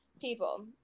people